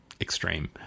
extreme